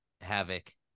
Havoc